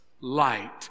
light